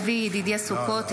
צבי ידידיה סוכות,